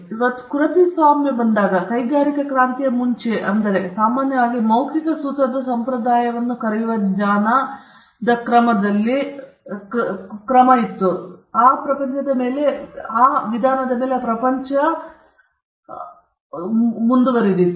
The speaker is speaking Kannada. ಆದ್ದರಿಂದ ಕೃತಿಸ್ವಾಮ್ಯವು ಬಂದಾಗ ಕೈಗಾರಿಕಾ ಕ್ರಾಂತಿಯ ಮುಂಚೆಯೇ ಅಂದರೆ ನಾವು ಸಾಮಾನ್ಯವಾಗಿ ಮೌಖಿಕ ಸೂತ್ರದ ಸಂಪ್ರದಾಯವನ್ನು ಕರೆಯುವ ಜ್ಞಾನವನ್ನು ಹರಡುವ ಒಂದು ವಿಧಾನವನ್ನು ಪ್ರಪಂಚವು ಅನುಸರಿಸಿದೆ